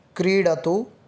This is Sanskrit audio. क्रीडतु